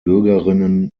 bürgerinnen